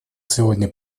сегодня